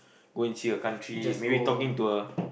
go and see a country maybe talking to a